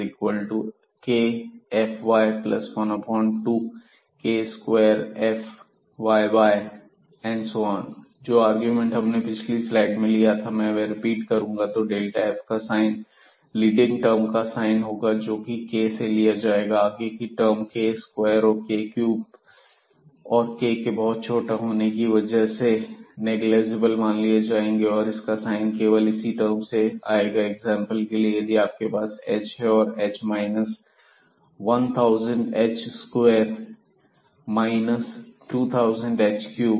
fkfyab12k2fkkab जो argument हमने पिछली स्लाइड में लिया था वह मैं रिपीट कर लूंगा तो f का साइन लीडिंग टर्म का साइन होगा जोकि k से लिया जाएगा आगे की टर्म k स्क्वायर और k क्यूब हैं और k के बहुत छोटा होने की वजह से नेगलिजिबल मान लिया जाएंगे और इसका साइन केवल इसी टर्म से आएगा एग्जांपल के लिए यदि आपके पास h है और जहां h minus 1000 h square minus 2000 h cube